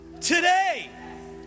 today